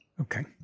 Okay